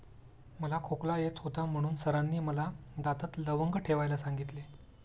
मला खोकला येत होता म्हणून सरांनी मला दातात लवंग ठेवायला सांगितले